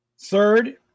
Third